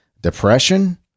depression